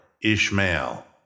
Ishmael